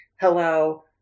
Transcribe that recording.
Hello